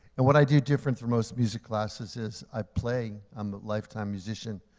and what i do different than most music classes is i play, i'm a lifetime musician,